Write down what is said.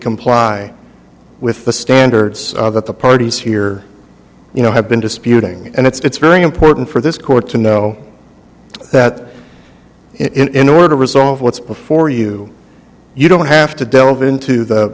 comply with the standards that the parties here you know have been disputing and it's very important for this court to know that in order to resolve what's before you you don't have to delve into the